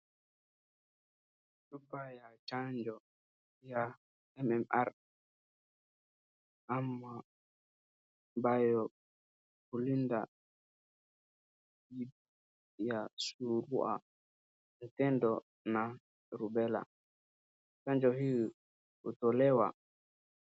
Chupa ya chanjo ya M-M-R ama ambayo hulinda dhidi ya Surua, Matumbwitumbwi na Rubela. Chanjo hii hutolewa...